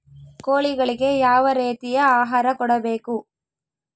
ಕೋಳಿಗಳಿಗೆ ಯಾವ ರೇತಿಯ ಆಹಾರ ಕೊಡಬೇಕು?